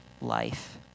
life